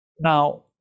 Now